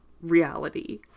reality